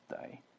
day